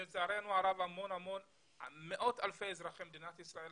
לצערנו הרבה מאות אלפי אזרחי מדינת ישראל,